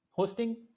hosting